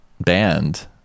band